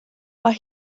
mae